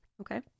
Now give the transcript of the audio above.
okay